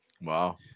wow